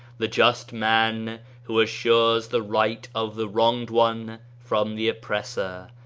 the just man who assures the right of the wronged one from the oppressor,